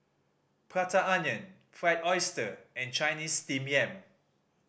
Prata Onion Fried Oyster and Chinese Steamed Yam